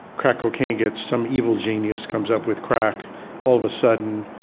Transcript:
crack cocaine gets some evil genius comes up with crack. all of a sudden,